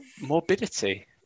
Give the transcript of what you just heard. Morbidity